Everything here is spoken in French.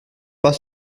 pas